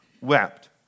wept